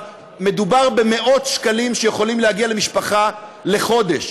מדובר בסכומים שיכולים להגיע למאות שקלים למשפחה לחודש.